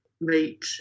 meet